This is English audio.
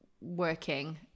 working